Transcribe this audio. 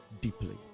deeply